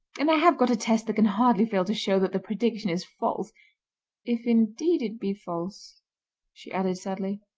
and i have got a test that can hardly fail to show that the prediction is false if indeed it be false she added sadly.